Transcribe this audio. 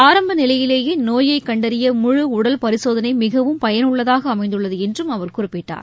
ஆரம்ப நிலையிலேயே நோயை கண்டறிய முழு உடல் பரிசோதனை மிகவும் பயனுள்ளதாக அமைந்துள்ளது என்றும் அவர் குறிப்பிட்டார்